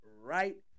Right